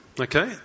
Okay